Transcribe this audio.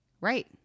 right